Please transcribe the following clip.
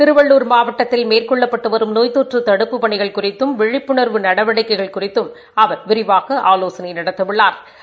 திருவள்ளூர் மாவட்டத்தில் மேற்கொள்ளப்பட்டு வரும் நோய் தொற்று தடுப்புப் பணிகள் குறித்தும் விழிப்புணா்வு நடவடிக்கைகள் குறித்தும் அவா் விரிவாக ஆலோசனை நடத்தவுள்ளாா்